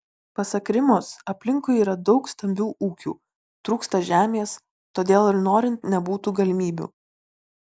pasak rimos aplinkui yra daug stambių ūkių trūksta žemės todėl ir norint nebūtų galimybių